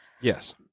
Yes